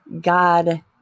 God